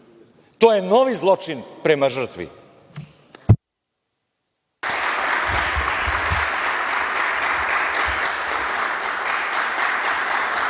to je novi zločin prema žrtvi.